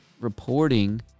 reporting